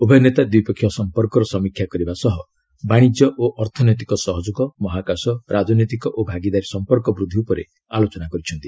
ଉଭୟ ନେତା ଦ୍ୱିପକ୍ଷିୟ ସମ୍ପର୍କର ସମୀକ୍ଷା କରିବା ସହ ବାଣିଜ୍ୟ ଓ ଅର୍ଥନୈତିକ ସହଯୋଗ ମହାକାଶ ରାଜନୈତିକ ଓ ଭାଗିଦାରୀ ସମ୍ପର୍କ ବୃଦ୍ଧି ଉପରେ ଆଲୋଚନା କରିଛନ୍ତି